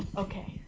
okay?